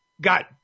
got